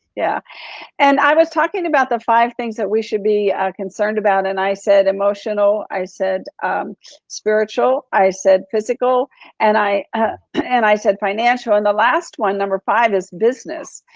yeah and i was talking about the five things that we should be concerned about. and i said, emotional, i said spiritual, i said physical and i and i said financial. and the last one, number five is business.